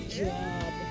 job